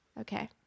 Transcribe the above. Okay